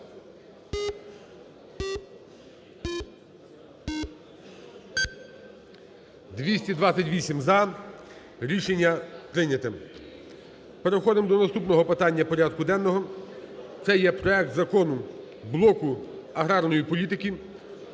За-228 Рішення прийнято. Переходимо до наступного питання порядку денного. Це є проект закону блоку аграрної політики: